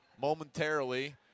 momentarily